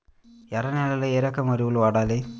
ఎర్ర నేలలో ఏ రకం ఎరువులు వాడాలి?